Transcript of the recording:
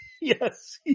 yes